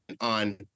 on